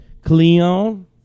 Cleon